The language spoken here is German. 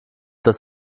das